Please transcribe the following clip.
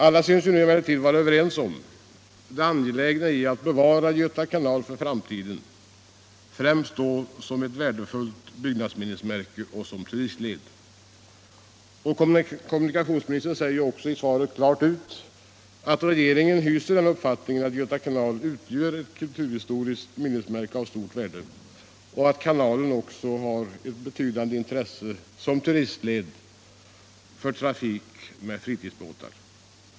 Alla synes emellertid vara överens om att det är angeläget att bevara Göta kanal för framtiden, främst då som ett värdefullt byggnadsminnesmärke och som turistled. Kommunikationsministern säger ju också i svaret klart ut att regeringen hyser den uppfattningen att Göta kanal utgör ett kulturhistoriskt minnesmärke av stort värde och att kanalen också har ett betydande intresse som turistled och för trafik med fritidsbåtar.